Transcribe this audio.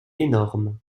énorme